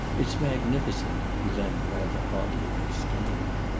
it's magnificent! he then rather oddly exclaimed.